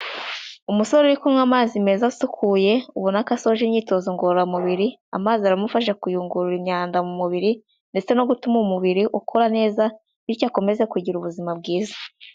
Umusore uri kunywa amazi meza asukuye ubona ko asoje imyitozo ngororamubiri, amazi aramufasha kuyungurura imyanda mu mubiri ndetse no gutuma umubiri ukora neza bityo akomeze kugira ubuzima bwiza.